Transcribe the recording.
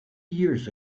years